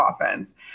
offense